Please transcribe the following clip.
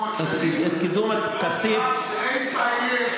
כסייפה יהיה